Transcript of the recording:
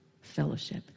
fellowship